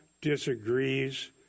disagrees